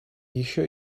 еще